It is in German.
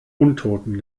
untoten